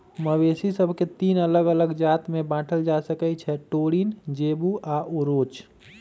मवेशि सभके तीन अल्लग अल्लग जात में बांटल जा सकइ छै टोरिन, जेबू आऽ ओरोच